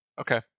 Okay